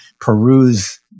peruse